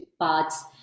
parts